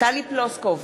טלי פלוסקוב,